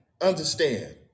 understand